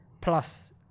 plus